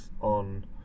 on